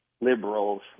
liberals